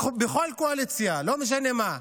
בכל קואליציה, לא משנה מה,